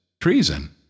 treason